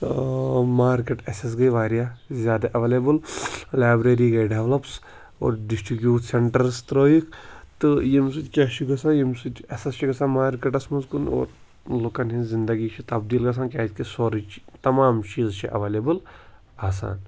market اَسہِ حظ گٔے واریاہ زیادٕ اَوَلیبٕل لیبرٔری گٔے ڈٮ۪ولَپٕس اور ڈِسٹِرٛک یوٗتھ سٮ۪نٛٹٲرٕس ترٲیِکھ تہٕ ییٚمۍ سۭتۍ کیٛاہ چھُ گژھان ییٚمۍ سۭتۍ اَسہِ حظ چھِ گژھان مارکٮ۪ٹَس منٛز کُن اور لُکَن ہِنٛز زِندگی چھِ تَبدیٖل گژھان کیٛازِکہِ سورُے تَمام چیٖز چھِ اٮ۪وَلیبٕل آسان